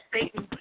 Satan